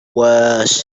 worse